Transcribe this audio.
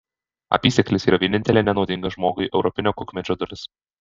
apysėklis yra vienintelė nenuodinga žmogui europinio kukmedžio dalis